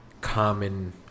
common